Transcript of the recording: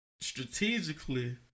strategically